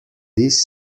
this